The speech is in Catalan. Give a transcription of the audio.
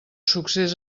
succés